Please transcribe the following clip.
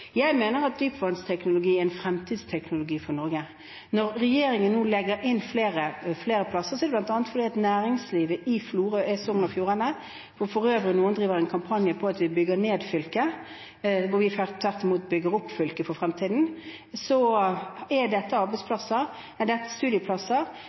Jeg mener at dypvannsteknologi er en fremtidsteknologi for Norge. Når regjeringen nå legger inn flere studieplasser, er det bl.a. fordi disse studieplassene bidrar til arbeidsplasser i næringslivet i Florø, i Sogn og Fjordane, hvor for øvrig noen driver en kampanje for at vi bygger ned fylket, mens vi tvert imot bygger opp fylket for fremtiden. Olje- og gassnæringen er